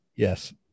Yes